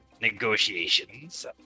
negotiations